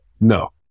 No